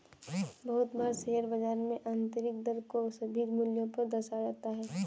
बहुत बार शेयर बाजार में आन्तरिक दर को सभी मूल्यों पर दर्शाया जाता है